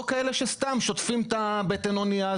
או כאלה שסתם שוטפים את בטן האונייה,